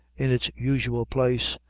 in its usual place,